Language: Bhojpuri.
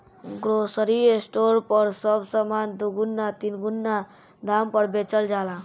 ग्रोसरी स्टोर पर सब सामान दुगुना तीन गुना दाम पर बेचल जाला